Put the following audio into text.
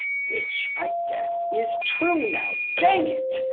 which i guess is true now, dang it!